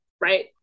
right